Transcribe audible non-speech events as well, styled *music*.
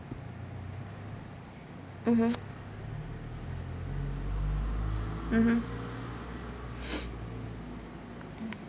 mmhmm mmhmm *noise*